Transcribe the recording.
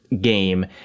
game